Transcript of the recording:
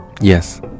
Yes